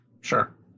Sure